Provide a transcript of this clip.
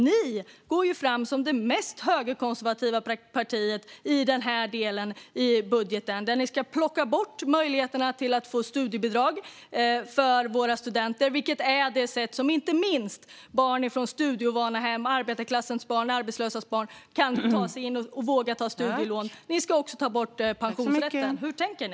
Ni går fram som det mest högerkonservativa partiet i denna del i budgeten, där ni ska plocka bort möjligheterna för våra studenter att få studiebidrag som är det sätt som inte minst barn från studieovana hem, arbetarklassens barn och arbetslösas barn, kan ta sig in och våga ta studielån. Ni ska också ta bort studenternas pensionsrätt. Hur tänker ni?